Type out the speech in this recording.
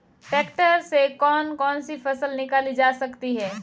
Tractor से कौन कौनसी फसल निकाली जा सकती हैं?